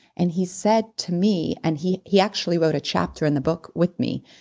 and he said to me, and he he actually wrote a chapter in the book with me,